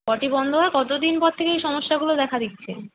পটি বন্ধ হওয়ার কতো দিন পর থেকে এই সমস্যাগুলো দেখা দিচ্ছে